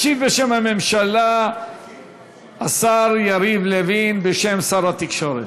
ישיב בשם הממשלה השר יריב לוין, בשם שר התקשורת.